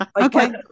okay